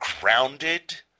grounded